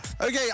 Okay